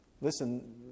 Listen